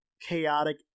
chaotic